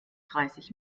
dreißig